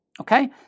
okay